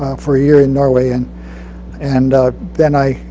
for a year in norway and and then i